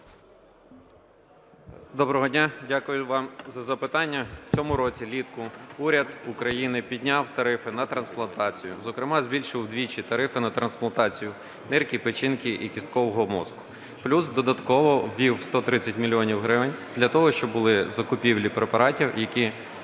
Доброго дня. Дякую вам за запитання. В цьому році влітку уряд України підняв тарифи на трансплантацію, зокрема збільшив вдвічі тарифи на трансплантацію нирки, печінки і кісткового мозку, плюс додатково ввів 130 мільйонів гривень для того, щоб були закупівлі препаратів, які